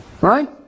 Right